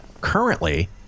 currently